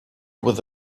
with